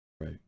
Right